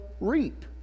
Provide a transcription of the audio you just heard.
reap